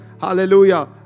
Hallelujah